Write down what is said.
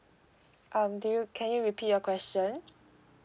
um do you can you repeat your question